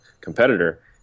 competitor